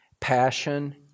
passion